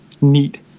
neat